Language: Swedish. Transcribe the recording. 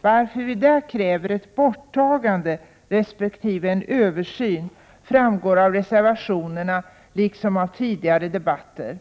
Varför vi kräver ett borttagande resp. en översyn framgår av reservationerna och av tidigare debatter.